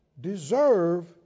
deserve